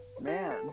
man